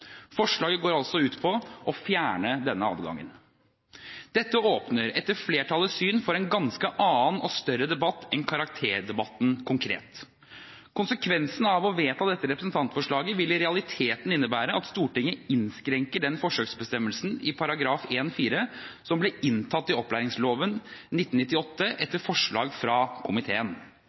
Forslaget går altså ut på å fjerne denne adgangen. Dette åpner, etter flertallets syn, for en ganske annen og større debatt enn karakterdebatten konkret. Konsekvensen av å vedta dette representantforslaget vil i realiteten innebære at Stortinget innskrenker den forsøksbestemmelsen i § 1-4 som ble inntatt i opplæringsloven av 1998 etter forslag fra komiteen.